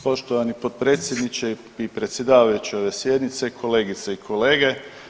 Poštovani potpredsjedniče i predsjedavajući ove sjednice, kolegice i kolege.